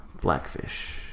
Blackfish